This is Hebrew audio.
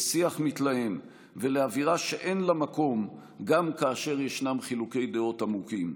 לשיח מתלהם ולאווירה שאין לה מקום גם כאשר ישנם חילוקי דעות עמוקים.